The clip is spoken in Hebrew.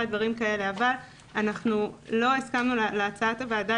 או דברים כאלה אבל לא הסכמנו להצעת הייעוץ המשפטי של הוועדה,